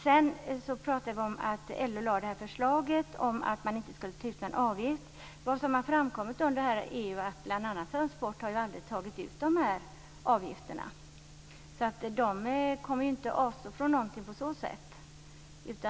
Sedan talade vi om att LO lade fram förslaget om att någon avgift inte skulle tas ut. Vad som har framkommit är att bl.a. Transport aldrig har tagit ut några avgifter, så där kommer man ju inte att avstå från något på så sätt.